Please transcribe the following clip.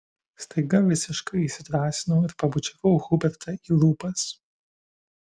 staiga visiškai įsidrąsinau ir pabučiavau hubertą į lūpas